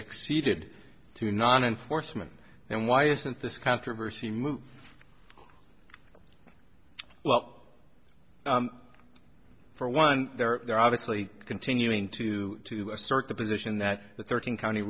exceeded to non enforcement and why isn't this controversy moved well for one they're obviously continuing to to assert the position that the thirteen county